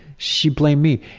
she blamed me.